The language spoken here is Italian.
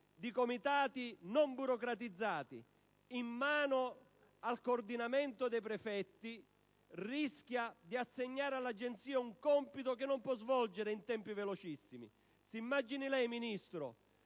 di comitati non burocratizzati in mano al coordinamento dei prefetti si rischia di assegnare all'Agenzia un compito che non può svolgere in tempi velocissimi. Si immagini lei, Ministro: